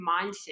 mindset